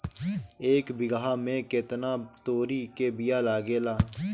एक बिगहा में केतना तोरी के बिया लागेला?